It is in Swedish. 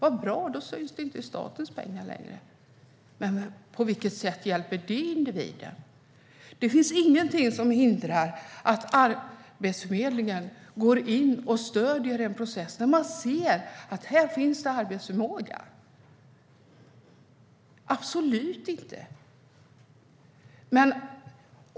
Så bra, då syns det inte i statens pengar längre. Men på vilket sätt hjälper det individen? Det finns absolut inget som hindrar att Arbetsförmedlingen går in och stöder en process när man ser att det finns arbetsförmåga.